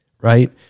Right